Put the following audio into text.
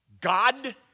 God